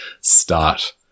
start